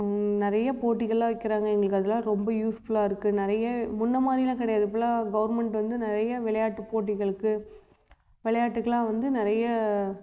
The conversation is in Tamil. நிறைய போட்டிகள்லாம் வைக்கிறாங்க எங்களுக்கு அதெல்லாம் ரொம்ப யூஸ்ஃபுல்லாக இருக்குது நிறைய முன்னே மாதிரிலாம் கிடையாது இப்போல்லாம் கவுர்மெண்ட் வந்து நிறைய விளையாட்டு போட்டிகளுக்கு விளையாட்டுக்குலாம் வந்து நிறைய